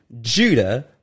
Judah